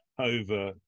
over